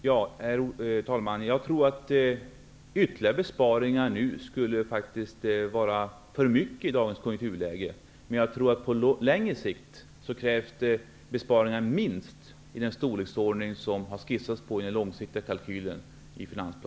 Herr talman! Med ytterligare besparingar i dagens konjunkturläge skulle det faktiskt bli för mycket. Men på längre sikt krävs det besparingar minst i den storleksordning som skissats i finansplanens långsiktiga kalkyl.